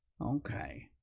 Okay